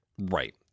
right